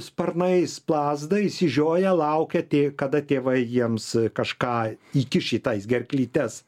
sparnais plazda išsižioję laukia tik kada tėvai jiems kažką įkiš į tai gerklytes